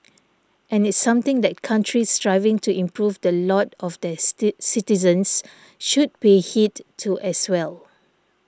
and it's something that countries striving to improve the lot of their citizens should pay heed to as well